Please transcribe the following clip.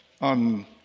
on